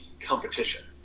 competition